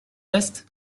veste